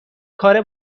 کار